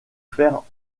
faire